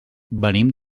venim